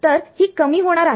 तर ही कमी होणार आहे